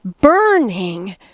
burning